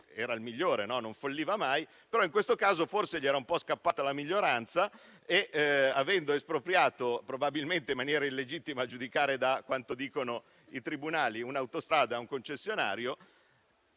era il migliore e non falliva mai (però in questo caso forse un po' gli era scappata la "miglioranza"), il quale aveva espropriato, probabilmente in maniera illegittima, a giudicare da quanto dicono i tribunali, un'autostrada a un concessionario,